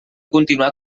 continuar